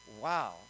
wow